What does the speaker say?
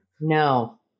No